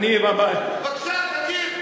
בבקשה תגיד.